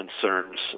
concerns